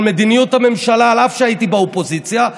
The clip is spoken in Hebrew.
מדיניות הממשלה אף שהייתי באופוזיציה,